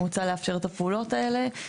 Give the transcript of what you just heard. מוצע לאפשר את הפעולות האלה.